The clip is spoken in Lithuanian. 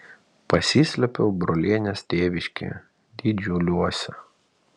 pasislėpiau brolienės tėviškėje didžiuliuose